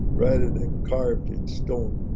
rather than carved in stone.